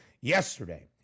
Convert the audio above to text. yesterday